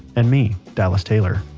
and me, dallas taylor.